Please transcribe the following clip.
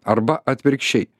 arba atvirkščiai